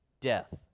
death